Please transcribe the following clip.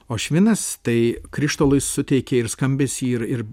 o švinas tai krištolui suteikia ir skambesį ir ir